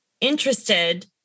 interested